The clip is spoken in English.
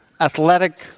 athletic